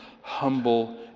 humble